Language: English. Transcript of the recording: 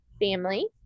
family